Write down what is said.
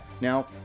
now